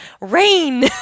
rain